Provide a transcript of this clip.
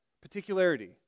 Particularity